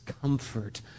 comfort